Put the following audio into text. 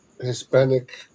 Hispanic